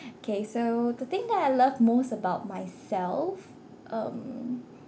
K so the thing that I love most about myself um